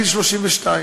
מגיל 32,